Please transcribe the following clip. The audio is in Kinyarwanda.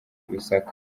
lusaka